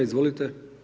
Izvolite.